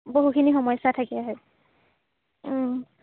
বহুখিনি সমস্যা থাকে হয়